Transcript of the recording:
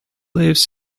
lives